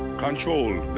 control,